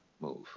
move